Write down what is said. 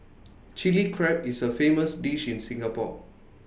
Chilli Crab is A famous dish in Singapore